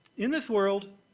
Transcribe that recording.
in this world,